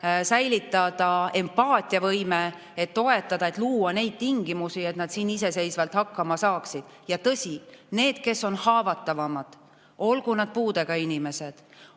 säilitada empaatiavõime, et toetada, et luua tingimusi, et nad iseseisvalt hakkama saaksid. Ja tõsi, need, kes on haavatavamad, olgu nad puudega inimesed,